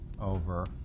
over